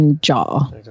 jaw